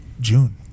june